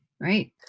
right